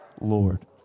Lord